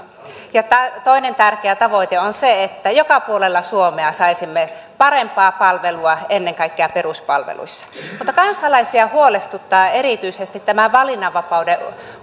toinen tärkeä tavoite on se että joka puolella suomea saisimme parempaa palvelua ennen kaikkea peruspalveluissa mutta kansalaisia huolestuttaa erityisesti tämä valinnanvapauden